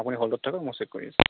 আপুনি হ'ল্ডত থাকক মই চেক কৰি আছোঁ